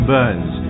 Burns